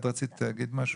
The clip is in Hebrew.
את רצית להגיד משהו?